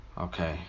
Okay